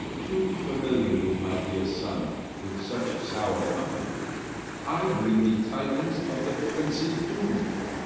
too familiar is my dear son with such sour company i bring thee tidings of the prince's doom.